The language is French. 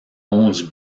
onze